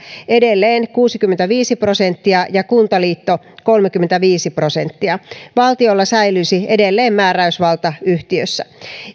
edelleen kuusikymmentäviisi prosenttia ja kuntaliitto kolmekymmentäviisi prosenttia valtiolla säilyisi edelleen määräysvalta yhtiössä